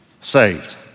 saved